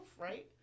right